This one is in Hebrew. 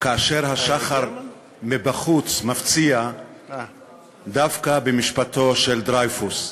כאשר השחר מפציע מבחוץ, דווקא במשפטו של דרייפוס.